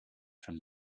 from